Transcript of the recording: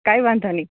કાઇ વાંધોનઈ